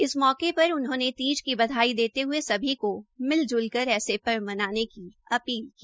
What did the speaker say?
इस मौके पर उन्होंने तीज की बधाई देते हुए सभी को मिलजुल कर ऐसे पर्व मनाने की अपील की